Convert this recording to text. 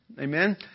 amen